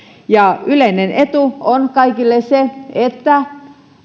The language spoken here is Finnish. yleinen etu on kaikille se että